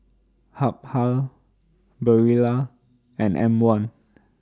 Habhal Barilla and M one